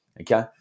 Okay